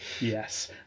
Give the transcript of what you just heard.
Yes